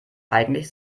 eigentlich